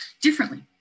differently